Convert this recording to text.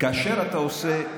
כאשר אתה עושה,